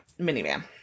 minivan